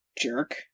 Jerk